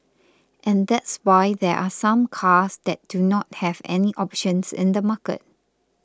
and that's why there are some cars that do not have any options in the market